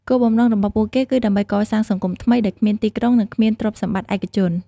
គោលបំណងរបស់ពួកគេគឺដើម្បីកសាង សង្គមថ្មី ដែលគ្មានទីក្រុង និងគ្មានទ្រព្យសម្បត្តិឯកជន។